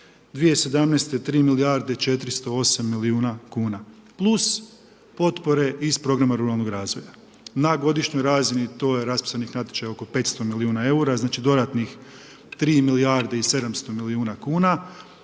2017. 3 milijarde 408 milijuna kuna plus potpore iz programa ruralnog razvoja. Na godišnjoj razini to je raspisanih natječaja oko 500 milijuna eura. Znači, dodatnih 3 milijarde i 700 milijuna kuna